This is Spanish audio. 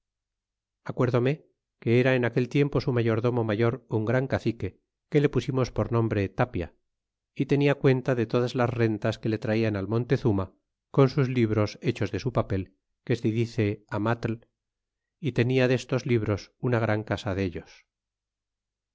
acuérdome que era en aquel tiempo su mayordomo mayor un gran cacique que le pusimos por nombre tapia y tenia cuenta de todas las rentas que le traian al montezuma con sus libros hechos de su papel que se dice amatl y tenia destos libros una gran casa dellos